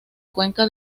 cuenca